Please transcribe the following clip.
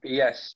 Yes